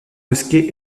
mosquée